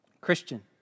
Christian